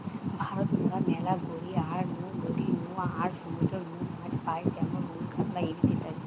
ভারত মরা ম্যালা গড়িয়ার নু, নদী নু আর সমুদ্র নু মাছ পাই যেমন রুই, কাতলা, ইলিশ ইত্যাদি